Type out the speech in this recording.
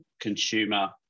consumer